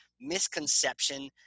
misconception